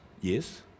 Yes